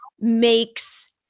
makes